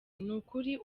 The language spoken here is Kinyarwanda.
nukuri